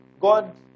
God